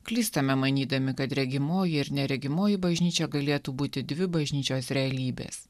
klystame manydami kad regimoji ir neregimoji bažnyčia galėtų būti dvi bažnyčios realybės